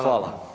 Hvala.